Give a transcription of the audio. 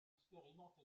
expérimente